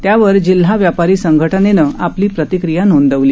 त्यावर जिल्हा व्यापारी संघटनेनं आपली प्रतिक्रिया नोंदवली